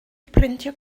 brintio